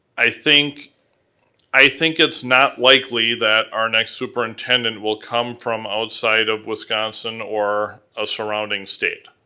i think i think it's not likely that our next superintendent will come from outside of wisconsin or a surrounding state.